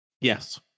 Yes